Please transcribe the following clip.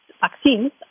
vaccines